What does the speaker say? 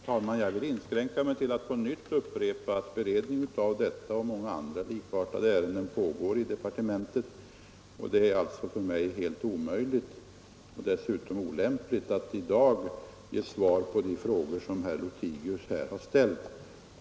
Herr talman! Jag kan inskränka mig till att upprepa att beredning av detta liksom många andra likartade ärenden pågår i departementet, och det är omöjligt — det skulle också vara olämpligt — att i dag svara på de frågor som herr Lothigius har framställt.